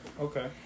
Okay